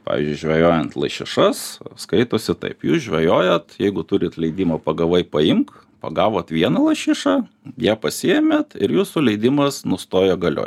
pavyzdžiui žvejojant lašišas skaitosi taip jūs žvejojat jeigu turit leidimą pagavai paimk pagavot vieną lašišą ją pasiėmėt ir jūsų leidimas nustoja galiot